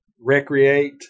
recreate